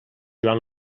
joan